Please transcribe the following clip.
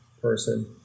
person